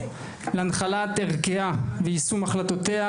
להנחלת ערכיה ויישום החלטותיה